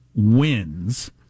Wins